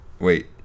Wait